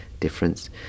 difference